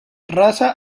raza